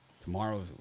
Tomorrow